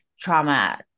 trauma